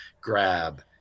grab